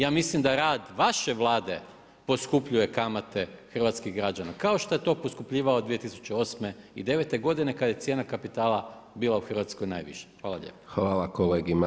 Ja mislim da rad vaše Vlade poskupljuje kamate hrvatskih građana, kao što je to poskupljivao 2008. i 2009. godine, kada je cijena kapitala bila u Hrvatskoj najviša.